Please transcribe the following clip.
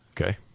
okay